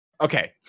Okay